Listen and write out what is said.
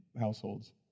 households